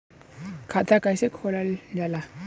खाता कैसे खोलल जाला?